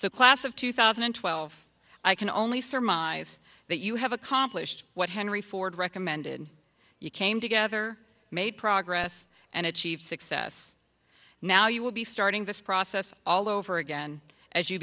so class of two thousand and twelve i can only surmise that you have accomplished what henry ford recommended you came together made progress and achieved success now you will be starting this process all over again as you